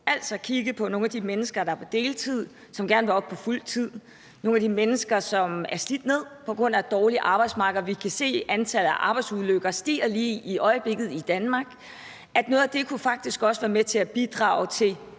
altså kigge på nogle af de mennesker, der er på deltid, og som gerne vil op på fuld tid, og på nogle af de mennesker, som er slidt ned på grund af et dårligt arbejdsmiljø – og vi kan se, at antallet af arbejdsulykker i øjeblikket stiger i Danmark – fordi det faktisk også kunne være med til at bidrage til